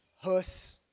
Hus